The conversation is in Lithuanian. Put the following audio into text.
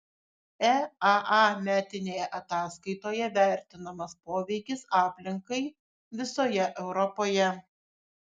eaa metinėje ataskaitoje vertinamas poveikis aplinkai visoje europoje